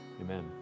Amen